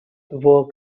work